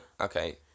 Okay